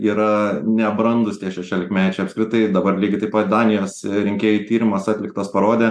yra nebrandūs tie šešiolikmečiai apskritai dabar lygiai taip pat danijos rinkėjų tyrimas atliktas parodė